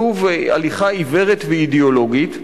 שוב הליכה עיוורת ואידיאולוגית.